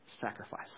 sacrifice